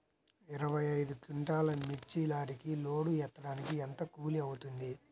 ఇరవై ఐదు క్వింటాల్లు మిర్చి లారీకి లోడ్ ఎత్తడానికి ఎంత కూలి అవుతుంది?